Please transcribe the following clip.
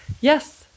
Yes